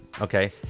okay